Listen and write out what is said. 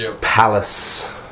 palace